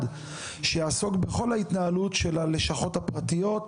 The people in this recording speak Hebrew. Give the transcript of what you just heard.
שיעסוק בכל ההתנהלות של הלשכות הפרטיות,